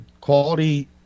quality